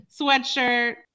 sweatshirt